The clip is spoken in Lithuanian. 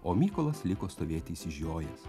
o mykolas liko stovėt išsižiojęs